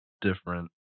different